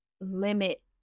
limit